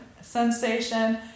sensation